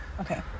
Okay